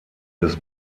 des